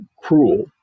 cruel